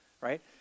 right